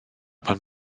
pan